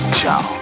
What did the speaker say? ciao